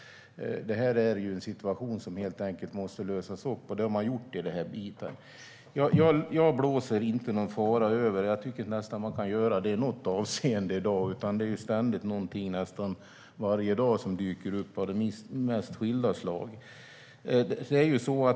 Detta är en situation som helt enkelt måste lösas, och det har man gjort vad gäller den här biten. Jag blåser inte någon fara över. Jag tycker nästan inte att man kan göra det i något avseende i dag, utan det dyker ständigt upp saker av de mest skilda slag, nästan varje dag.